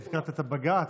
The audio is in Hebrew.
הזכרת את בג"ץ,